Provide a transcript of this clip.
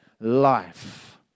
life